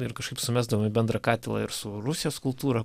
ir kažkaip sumesdavom į bendrą katilą ir su rusijos kultūra